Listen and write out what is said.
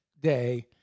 day